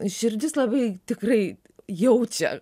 širdis labai tikrai jaučia